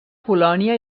polònia